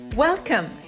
Welcome